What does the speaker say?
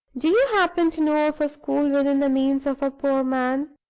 do you happen to know of a school within the means of a poor man